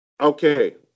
okay